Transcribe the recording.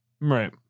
Right